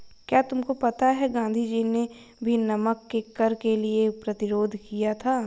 क्या तुमको पता है गांधी जी ने भी नमक के कर के लिए कर प्रतिरोध किया था